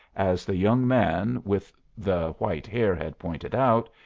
as the young man with the white hair had pointed out,